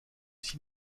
six